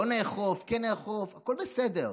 לא נאכוף, כן נאכוף, הכול בסדר.